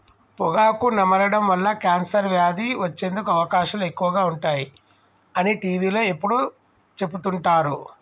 పొగాకు నమలడం వల్ల కాన్సర్ వ్యాధి వచ్చేందుకు అవకాశాలు ఎక్కువగా ఉంటాయి అని టీవీలో ఎప్పుడు చెపుతుంటారు